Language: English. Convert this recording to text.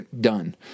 done